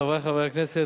חברי חברי הכנסת,